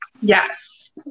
Yes